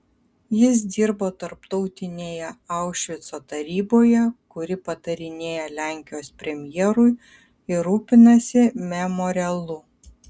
jis dirbo tarptautinėje aušvico taryboje kuri patarinėja lenkijos premjerui ir rūpinasi memorialu